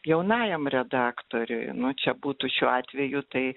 jaunajam redaktoriui nu čia būtų šiuo atveju tai